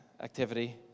activity